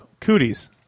Cooties